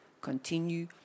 Continue